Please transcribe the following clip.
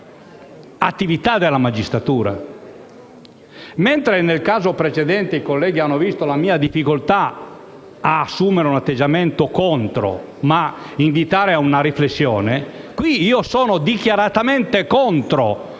all'attività della magistratura. Mentre nel caso precedente i colleghi hanno visto la mia difficoltà ad assumere un atteggiamento contrario, pur con un invito ad una riflessione, in questo caso sono dichiaratamente contrario